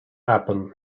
happen